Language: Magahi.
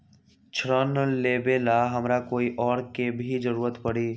ऋन लेबेला हमरा कोई और के भी जरूरत परी?